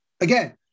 Again